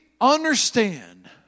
Understand